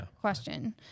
question